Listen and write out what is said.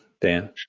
dan